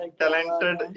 talented